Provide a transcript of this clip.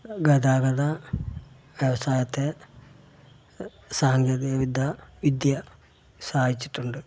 ഗതാഗത വ്യവസായത്തെ സാങ്കേതിക വിദ വിദ്യ സഹായിച്ചിട്ടുണ്ട്